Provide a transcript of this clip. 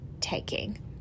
taking